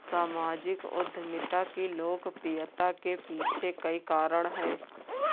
सामाजिक उद्यमिता की लोकप्रियता के पीछे कई कारण है